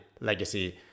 legacy